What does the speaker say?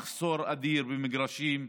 יש מחסור אדיר במגרשים.